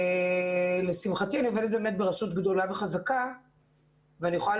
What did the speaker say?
לשמחתי אני עובדת ברשות גדולה וחזקה ואני יכולה